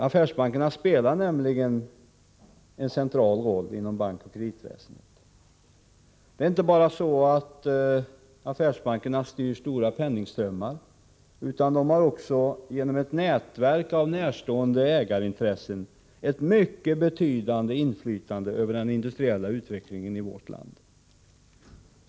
Affärsbankernas spelar nämligen en central roll inom bankoch kreditväsendet. Det är inte bara så att affärsbankerna styr stora penningströmmar, utan de har också genom ett nätverk av närstående ägarintressen ett mycket betydande inflytande över den industriella utvecklingen i vårt land.